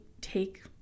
take